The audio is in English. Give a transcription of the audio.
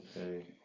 Okay